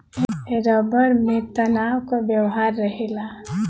rubber में तनाव क व्यवहार रहेला